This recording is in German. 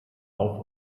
auf